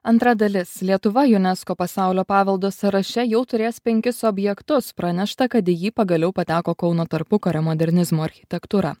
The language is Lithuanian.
antra dalis lietuva junesko pasaulio paveldo sąraše jau turės penkis objektus pranešta kad į jį pagaliau pateko kauno tarpukario modernizmo architektūra